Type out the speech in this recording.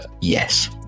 Yes